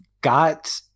got